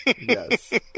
Yes